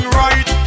right